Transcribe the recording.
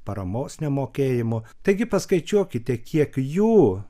paramos nemokėjimu taigi paskaičiuokite kiek jų